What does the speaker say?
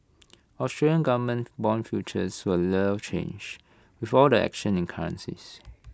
Australian government Bond futures were little change with all the action in currencies